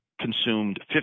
consumed